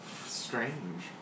Strange